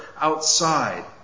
outside